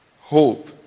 hope